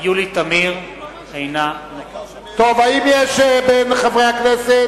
יולי תמיר, אינה נוכחת האם יש בין חברי הכנסת